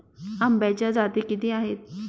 आंब्याच्या जाती किती आहेत?